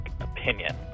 opinion